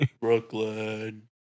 Brooklyn